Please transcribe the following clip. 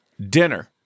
dinner